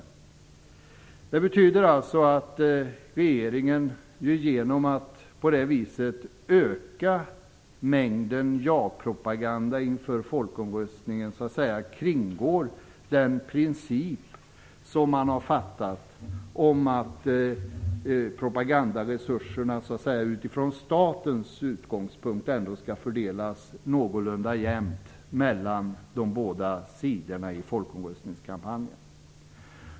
Genom att på det viset öka mängden japropaganda inför folkomröstningen har regeringen kringgått den princip som man fattat beslut om, nämligen att propagandaresurserna från statens utgångspunkt skall fördelas någorlunda jämnt mellan de båda sidorna i folkomröstningskampanjen.